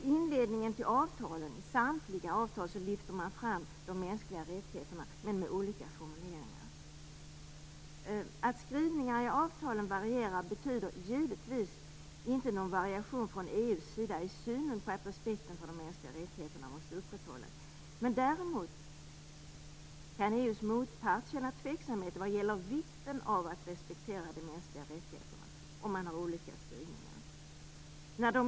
I inledningen till samtliga avtal lyfter man fram de mänskliga rättigheterna, men med olika formuleringar. Att skrivningarna i avtalen varierar betyder givetvis inte att någon variation från EU:s sida i synen på att respekten för de mänskliga rättigheterna måste upprätthållas. Däremot kan EU:s motparter känna tveksamhet när det gäller vikten av att respektera de mänskliga rättigheterna.